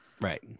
Right